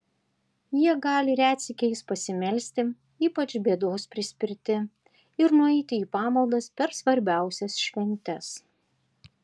jie gali retsykiais pasimelsti ypač bėdos prispirti ir nueiti į pamaldas per svarbiausias šventes